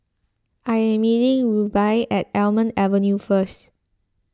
I am meeting Rubye at Almond Avenue first